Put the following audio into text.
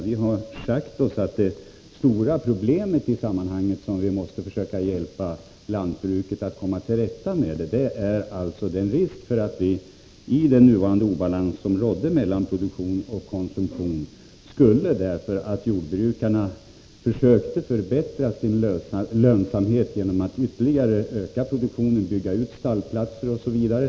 Vi sade oss att det stora problemet i sammanhanget, som vi måste försöka hjälpa lantbruket att komma till rätta med, var risken att jordbrukarna —i den obalans som rådde mellan produktion och konsumtion — skulle försöka förbättra sin lönsamhet genom att ytterligare öka produktio nen, bygga ut stallplatser osv.